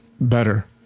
better